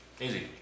Easy